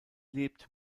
lebt